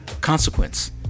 Consequence